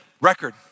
record